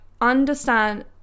understand